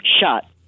shot